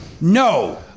No